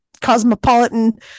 Cosmopolitan